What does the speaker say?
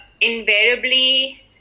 invariably